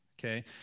Okay